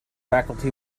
faculty